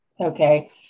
Okay